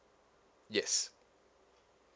yes